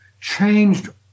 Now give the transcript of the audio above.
changed